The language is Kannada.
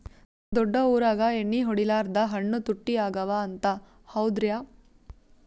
ದೊಡ್ಡ ಊರಾಗ ಎಣ್ಣಿ ಹೊಡಿಲಾರ್ದ ಹಣ್ಣು ತುಟ್ಟಿ ಅಗವ ಅಂತ, ಹೌದ್ರ್ಯಾ?